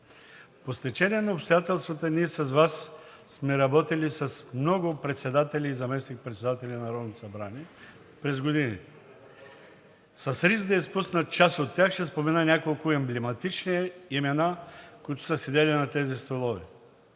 по стечение на обстоятелствата ние с Вас сме работили с много председатели и заместник-председатели на Народното събрание през годините. С риск да изпусна част от тях ще спомена няколко емблематични имена, които са седели на тези столове